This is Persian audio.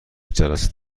جلسه